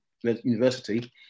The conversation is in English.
university